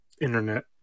internet